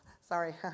Sorry